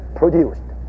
produced